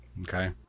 okay